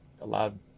allowed